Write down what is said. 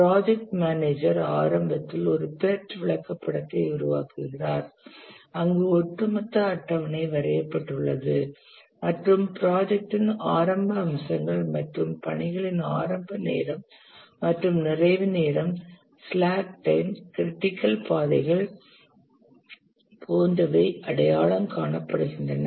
project manager ஆரம்பத்தில் ஒரு PERT விளக்கப்படத்தை உருவாக்குகிறார் அங்கு ஒட்டுமொத்த அட்டவணை வரையப்பட்டுள்ளது மற்றும் ப்ராஜெக்டின் ஆரம்ப அம்சங்கள் மற்றும் பணிகளின் ஆரம்ப நேரம் மற்றும் நிறைவு நேரம் ஸ்லாக் டைம் க்ரிட்டிக்கல் பாதைகள் போன்றவை அடையாளம் காணப்படுகின்றன